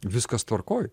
viskas tvarkoj